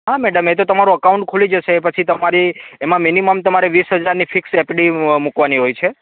હા મેડમ એ તો તમારું એકાંઉટ ખુલી જશે પછી એમાં તમારે મિનિમમ વીસ હજારની ફિક્સ એફડી મુકવાની હોય છે